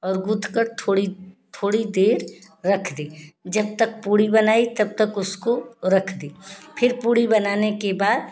और गूँथकर थोड़ी थोड़ी देर रख दी जब तक पूड़ी बनाई तब तक उसको रख दी फिर पूड़ी बनाने के बाद